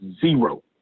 Zero